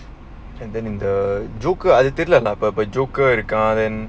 and then in the joker attitude lah number by joker regard then